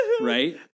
Right